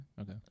Okay